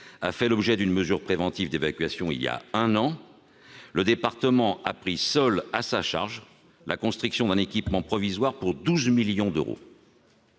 a fait l'objet d'une mesure préventive d'évacuation il y a un an. Le département a pris seul en charge la construction d'un équipement provisoire à hauteur de 12 millions d'euros.